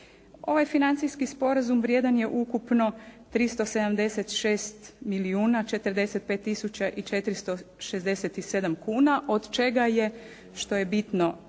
Ovaj financijski sporazum vrijedan je ukupno 376 milijuna, 45 tisuća i 467 kuna od čega je što je bitno